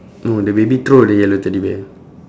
no the baby throw the yellow teddy bear